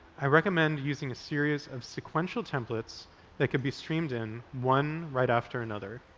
i recommend using a series of sequential templates that can be streamed in one right after another.